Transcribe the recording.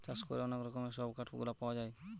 চাষ করে অনেক রকমের সব কাঠ গুলা পাওয়া যায়